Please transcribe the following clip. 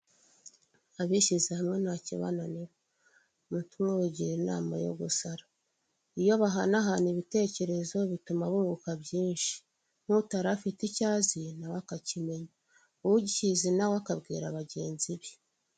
Abishyize hamwe ntakibananira; umutwe umwe wigira inama yo gusara. Iyo bahanahana ibitekerezo bituma bunguka byinshi. N'utari afite icyo azi nawe akakimenya. Ukizi nawe akabwira bagenzi be.